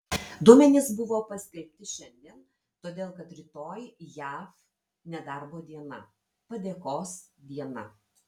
duomenys buvo paskelbti šiandien todėl kad rytoj jav nedarbo diena padėkos diena